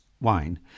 wine